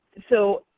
so,